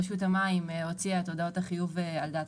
רשות המים הוציאה את הודעות החיוב על דעת